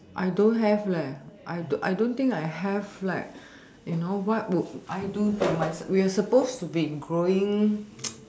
I don't have leh I I don't think I have like you know what will I do to myself we are suppose to be growing